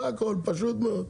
זה הכול, פשוט מאוד.